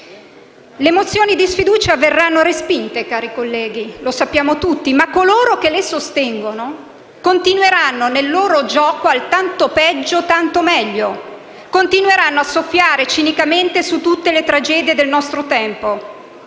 Le mozioni di sfiducia verranno respinte, cari colleghi - lo sappiamo tutti - ma coloro che le sostengono continueranno nel loro gioco al tanto peggio tanto meglio, continueranno a soffiare cinicamente su tutte le tragedie del nostro tempo,